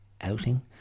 outing